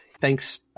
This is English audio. thanks